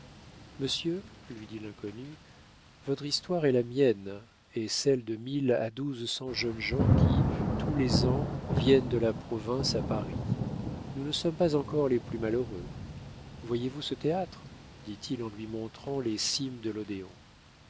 monsieur lui dit l'inconnu votre histoire est la mienne et celle de mille à douze cents jeunes gens qui tous les ans viennent de la province à paris nous ne sommes pas encore les plus malheureux voyez-vous ce théâtre dit-il en lui montrant les cimes de l'odéon